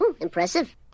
Impressive